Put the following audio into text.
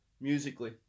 musically